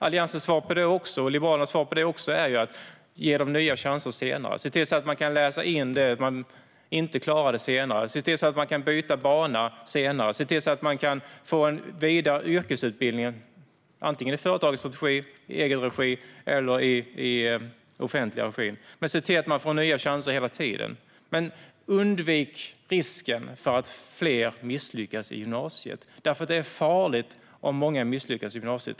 Alliansens och Liberalernas svar är också att ge nya chanser senare, att se till att man senare kan läsa in det som man inte klarade, se till att man kan byta bana senare och att se till att man kan få vidare yrkesutbildning - antingen i företagets regi, i egen regi eller i offentlig regi. Vi ska se till att man kan få nya chanser hela tiden. Vi ska dock undvika risken för att fler misslyckas i gymnasiet. Det är farligt om många misslyckas i gymnasiet.